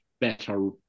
better